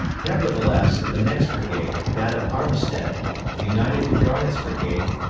nevertheless, the next brigade that of armistead united to garnett's brigade,